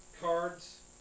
Cards